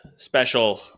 Special